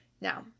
Now